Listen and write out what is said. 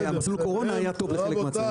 ומסלול קורונה היה טוב לחלק מעצמאיים.